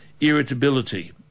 irritability